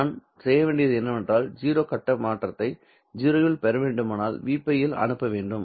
நான் செய்ய வேண்டியது என்னவென்றால் 0 கட்ட மாற்றத்தை 0 இல் பெற வேண்டுமானால் Vπ இல் அனுப்ப வேண்டும்